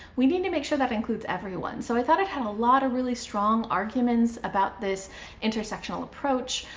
we need to make sure that includes everyone. so i thought it had a lot of really strong arguments about this intersectional approach.